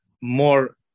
more